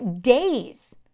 days